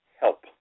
help